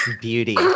beauty